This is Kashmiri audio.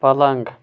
پلنٛگ